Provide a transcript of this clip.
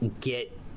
get